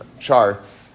charts